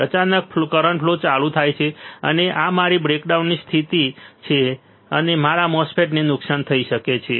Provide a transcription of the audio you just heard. તે અચાનક current flow ચાલુ થાય છે અને આ મારી બ્રેકડાઉનની સ્થિતિ છે અને મારા MOSFET ને નુકસાન થઈ શકે છે